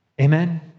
amen